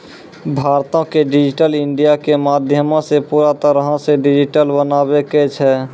भारतो के digital India के माध्यमो से पूरा तरहो से डिजिटल बनाबै के छै